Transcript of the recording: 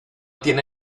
tiene